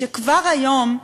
כשכבר היום,